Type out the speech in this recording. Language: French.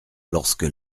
lorsque